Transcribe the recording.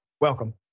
Welcome